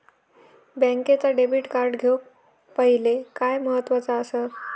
बँकेचा debit card घेउक पाहिले काय महत्वाचा असा?